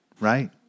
Right